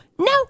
no